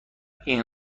این